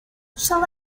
shall